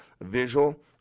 visual